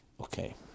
Okay